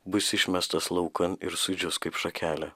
bus išmestas laukan ir sudžius kaip šakelė